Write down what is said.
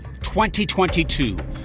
2022